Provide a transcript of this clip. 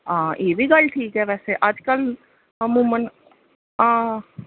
आं एह्बी गल्ल ठीक ऐ बैसे अज्जकल मन आं